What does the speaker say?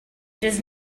does